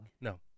No